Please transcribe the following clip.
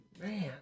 Man